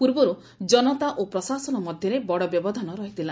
ପୂର୍ବରୁ ଜନତା ଓ ପ୍ରଶାସନ ମଧ୍ଧରେ ବଡ଼ ବ୍ୟବଧାନ ରହିଥିଲା